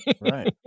Right